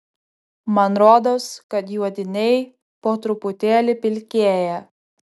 man rodos kad juodiniai po truputėlį pilkėja